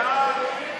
הצעת ועדת